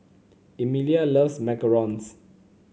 Emilia loves macarons